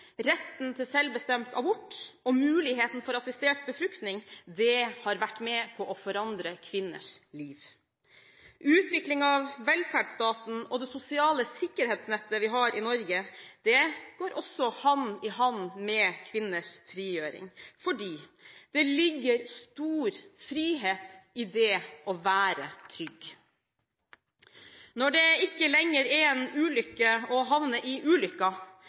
retten til selvbestemt abort og muligheten for assistert befruktning har vært med på å forandre kvinners liv. Utviklingen av velferdsstaten og det sosiale sikkerhetsnettet vi har i Norge, går også hand i hand med kvinners frigjøring, fordi det ligger stor frihet i det å være trygg. Når det ikke lenger er en ulykke å «havne i ulykka»,